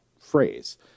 phrase